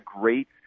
great